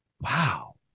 Wow